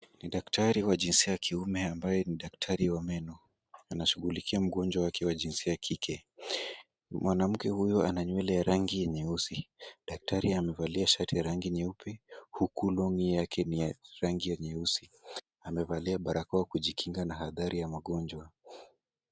Ni daktari wa jinsia ya kiume ambaye ni daktari wa meno. Anashugulikia mgonjwa wake wa jinsia ya kike. Mwanamke huyu ana nyewele ya rangi ya nyeusi. Daktari amevalia shati ya rangi nyeupe , huku long'i yake ni ya rangi ya nyeusi. Amevalia barakoa kujikinga na athari ya magonjwa.